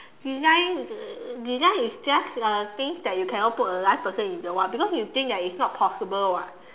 design design is just uh things that you cannot put a life person in the what because you think it's not possible [what]